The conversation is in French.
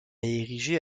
érigé